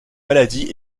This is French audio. maladies